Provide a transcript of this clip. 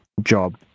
job